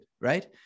right